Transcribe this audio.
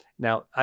Now